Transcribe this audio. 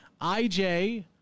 IJ